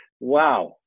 Wow